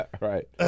Right